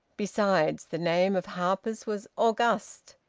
besides, the name of harper's was august.